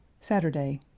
SATURDAY